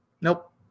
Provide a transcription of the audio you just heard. Nope